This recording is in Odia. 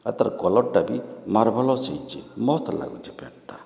ଆର୍ ତାର୍ କଲର୍ଟା ବି ମାର୍ଭଲସ୍ ହେଇଛି ମସ୍ତ ଲାଗୁଛି ପ୍ୟାଣ୍ଟ୍ଟା